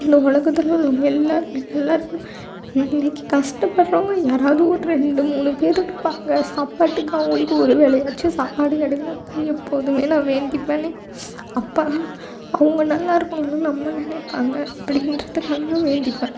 இந்த உலகத்துல உள்ளவங்க எல்லோருமே நல்லாயிருக்கணும் இன்னைக்கி கஷ்டப்பட்றவங்க யாராவது ஒரு ரெண்டு மூணு பேர் இருப்பாங்க சாப்பாட்டுக்கு அவங்களுக்கு ஒரு வேலையாச்சும் சாப்பாடு கிடைக்கணும் தான் எப்போதும் நான் வேண்டிப்பன் அப்போ தான் அவங்க நல்லாயிருக்கணும்னு நம்ம நினைப்பாங்க அப்படின்றதுக்காக நான் வேண்டிப்பேன்